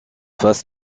face